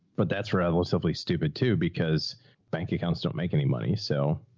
but that's where i was simply stupid too, because bank accounts don't make any money, so.